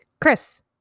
Chris